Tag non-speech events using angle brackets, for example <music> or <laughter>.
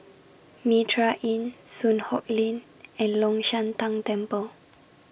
<noise> Mitraa Inn Soon Hock Lane and Long Shan Tang Temple